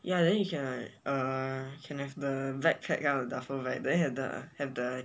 ya then you can like uh can have the vet check kind of duffel bag then you have the have the